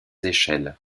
échelles